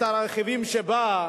את הרכיבים שבה,